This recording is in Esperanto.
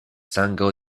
sango